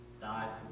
died